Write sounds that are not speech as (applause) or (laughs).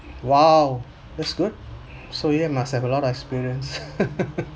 !wow! that's good so you must have a lot of experience (laughs)